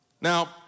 Now